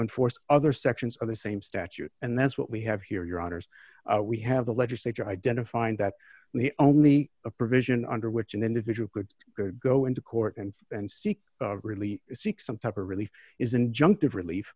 enforce other sections of the same statute and that's what we have here your honour's we have the legislature identifying that the only a provision under which an individual could go into court and and seek really seek some type of relief isn't junked of relief